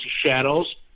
Shadows